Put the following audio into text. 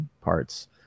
parts